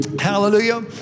hallelujah